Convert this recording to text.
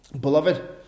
Beloved